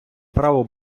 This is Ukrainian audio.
право